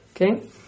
Okay